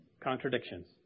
contradictions